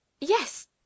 YES